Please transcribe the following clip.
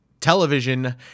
Television